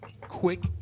quick